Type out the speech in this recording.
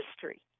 history